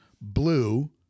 blue